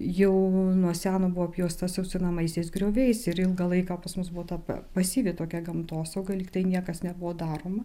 jau nuo seno buvo apjuosta sausinamaisiais grioviais ir ilgą laiką pas mus buvo ta pasyvi tokia gamtosauga liktai niekas nebuvo daroma